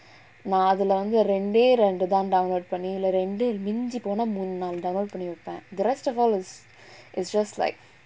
நா அதுல வந்து ரெண்டே ரெண்டு தான்:naa athula vanthu rendae rendu thaan download பண்ணி இல்ல ரெண்டு மிஞ்சி போனா மூணு நாலு:panni illa rendu minji ponaa moonu naalu download வெப்பேன்:veppaen the rest of all is is just like